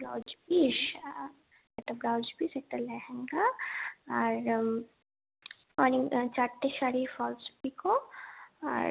blouse piece একটা blouse piece একটা লেহেঙ্গা আর চারটে শাড়ির ফলস পিকো আর